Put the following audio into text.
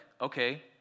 okay